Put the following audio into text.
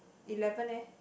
eleven eh